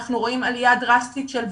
אנחנו רואים עליה דרסטית של ונדליזם,